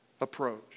approach